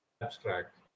abstract